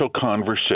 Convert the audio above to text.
conversation